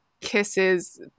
kisses